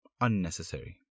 unnecessary